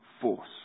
force